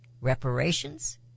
reparations